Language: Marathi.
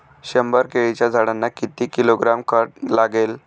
शंभर केळीच्या झाडांना किती किलोग्रॅम खत लागेल?